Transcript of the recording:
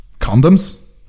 condoms